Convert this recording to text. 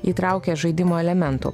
įtraukia žaidimo elementų